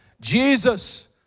Jesus